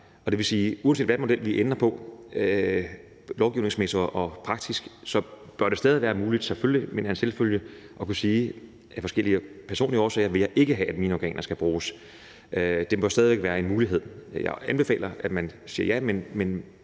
det vil sige, at uanset hvilken model vi ender på lovgivningsmæssigt og praktisk, så bør det selvfølgelig – det mener jeg er en selvfølge – stadig være muligt at kunne sige af forskellige personlige årsager, at man ikke vil have, at ens organer skal bruges. Det bør stadig væk være en mulighed. Jeg anbefaler, at man siger ja, for